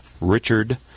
Richard